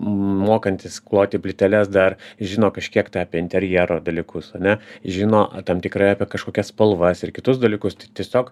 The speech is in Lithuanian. mokantis kloti plyteles dar žino kažkiek tai apie interjero dalykus ane žino tam tikrai apie kažkokias spalvas ir kitus dalykus tai tiesiog